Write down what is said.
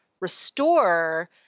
restore